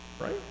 Right